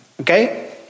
Okay